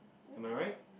am I right